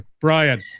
Brian